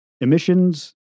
emissions